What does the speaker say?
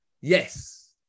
Yes